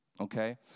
Okay